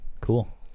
Cool